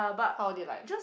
how were they like